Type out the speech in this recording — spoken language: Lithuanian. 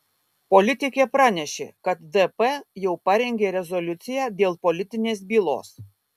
politikė pranešė kad dp jau parengė rezoliuciją dėl politinės bylos